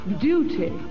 duty